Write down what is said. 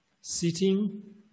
sitting